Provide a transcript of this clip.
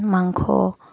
মাংস